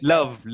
Love